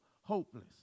hopeless